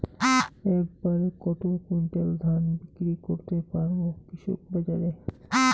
এক বাড়ে কত কুইন্টাল ধান বিক্রি করতে পারবো কৃষক বাজারে?